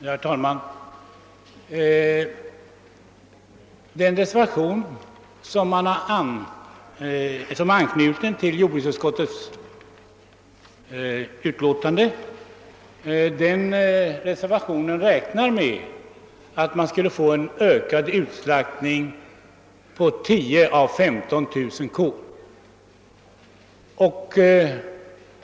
Herr talman! Den reservation som är fogad till punkten 11 i jordbruksutskottets utlåtande nr 1 räknar med att vi skall få en ökad utslaktning på 10 000 —15 000 kor.